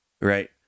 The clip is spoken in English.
right